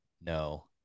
no